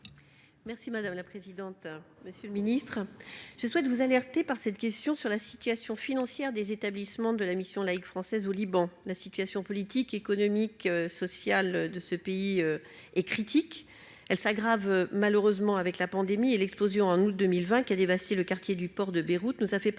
Merci madame la présidente, monsieur le ministre, je souhaite vous alerter par cette question sur la situation financière des établissements de la Mission laïque française au Liban, la situation politique, économique, sociale de ce pays et critique : elle s'aggrave, malheureusement avec la pandémie et l'explosion un ou 2020, qui a dévasté le quartier du port de Beyrouth, nous a fait prendre